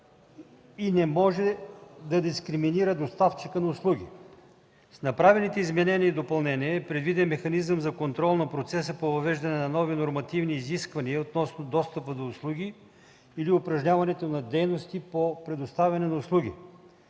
и не може да дискриминира доставчика на услуги. С направените изменения и допълнения е предвиден механизъм за контрол на процеса по въвеждане на нови нормативни изисквания относно достъпа до услуги или упражняването на дейности по предоставяне на услуги.